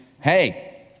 hey